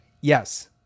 Yes